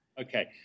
Okay